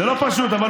זה לא פשוט.